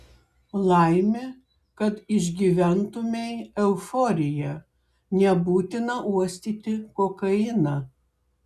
laimė kad išgyventumei euforiją nebūtina uostyti kokainą